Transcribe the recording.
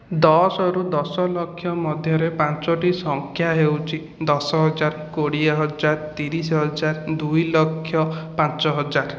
ଦଶରୁ ଦଶଲକ୍ଷ ମଧ୍ୟରେ ପାଞ୍ଚଟି ସଂଖ୍ୟା ହେଉଛି ଦଶହଜାର କୋଡ଼ିଏ ହଜାର ତିରିଶହଜାର ଦୁଇଲକ୍ଷ ପାଞ୍ଚହଜାର